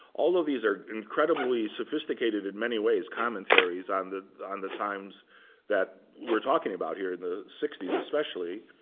all of these are incredibly sophisticated in many ways, commentaries on the on the times that we're talking about here in the sixty s especially.